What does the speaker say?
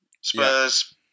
Spurs